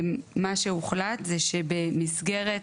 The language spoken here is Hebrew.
מה שהוחלט זה שבמסגרת